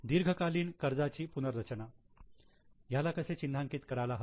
दीर्घकालीन कर्जाची पुनर्रचना ह्याला कसे चिन्हांकित करायला हवे